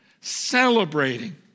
celebrating